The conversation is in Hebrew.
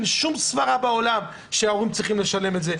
אין שום סברה בעולם שההורים צריכים לשלם את זה,